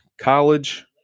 college